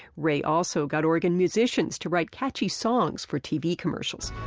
ray also got oregon musicians to write catchy songs for tv commercials.